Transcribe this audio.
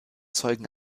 zeugen